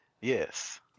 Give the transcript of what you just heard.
Yes